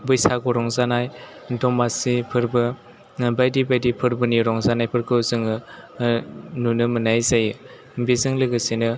बैसागु रंजानाय दमासि फोरबो बायदि बायदि फोरबोनि रंजानायफोरखौ जोङो नुनो मोननाय जायो बेजों लोगोसेनो